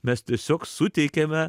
mes tiesiog suteikėme